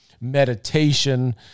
meditation